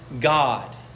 God